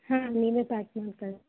ಹಾಂ ನೀವೇ ಪ್ಯಾಕ್ ಮಾಡಿ ಕಳ್ಸಿ